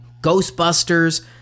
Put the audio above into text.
Ghostbusters